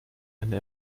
eine